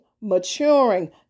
maturing